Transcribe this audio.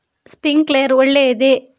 Sprinkler ಒಳ್ಳೇದೇ?